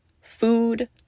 food